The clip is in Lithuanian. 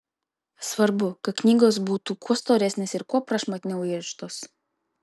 svarbu kad knygos būtų kuo storesnės ir kuo prašmatniau įrištos